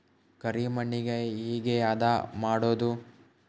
ಕರಿ ಮಣ್ಣಗೆ ಹೇಗೆ ಹದಾ ಮಾಡುದು?